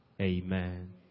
Amen